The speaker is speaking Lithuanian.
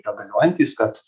yra galiojantys kad